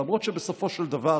למרות שבסופו של דבר